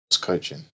coaching